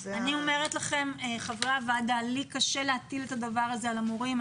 אני אומרת לכם חברי הוועדה שלי קשה להטיל את הדבר הזה על המורים.